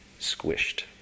squished